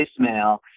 voicemail